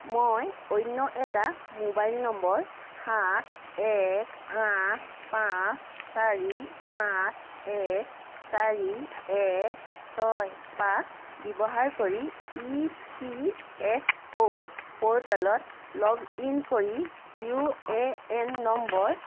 মই অন্য এটা মোবাইল নম্বৰ সাত এক আঠ পাঁচ চাৰি আঠ এক চাৰি এক ছয় পাঁচ ব্যৱহাৰ কৰি ই পি এফ অ' প'ৰ্টেলৰ লগ ইন কৰি ইউ এ এন নম্বৰ